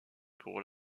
pour